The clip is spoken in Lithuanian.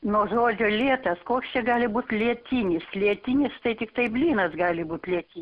nuo žodžio lėtas koks čia gali būt lėtynis lietinis tai tiktai blynas gali būt liety